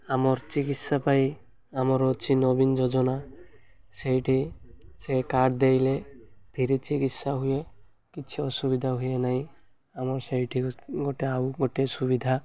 ଆମର୍ ଚିକିତ୍ସା ପାଇ ଆମର ଅଛି ନବୀନ ଯୋଜନା ସେଇଠି ସେ କାର୍ଡ଼ ଦେଲେ ଫେରେ ଚିକିତ୍ସା ହୁଏ କିଛି ଅସୁବିଧା ହୁଏ ନାହିଁ ଆମର ସେଇଠି ଗୋଟେ ଆଉ ଗୋଟେ ସୁବିଧା